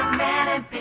man and